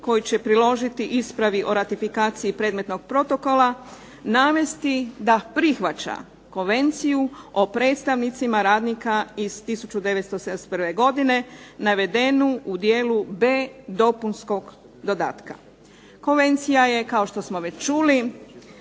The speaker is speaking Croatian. koju će priložiti ispravi o ratifikaciji predmetnog protokola navesti da prihvaća Konvenciju o predstavnicima radnika iz 1971. godine navedenu u dijelu B dopunskog dodatka. Konvencija je kao što smo već čuli